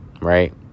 right